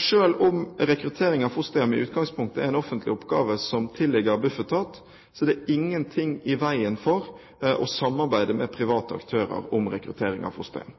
Selv om rekrutteringen av fosterhjem i utgangspunktet er en offentlig oppgave som tilligger Bufetat, er det ingenting i veien for å samarbeide med private aktører om rekruttering av fosterhjem.